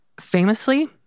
Famously